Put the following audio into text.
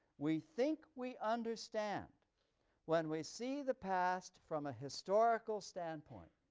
we think we understand when we see the past from a historical standpoint,